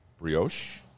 brioche